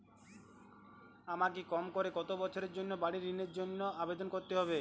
আমাকে কম করে কতো বছরের জন্য বাড়ীর ঋণের জন্য আবেদন করতে হবে?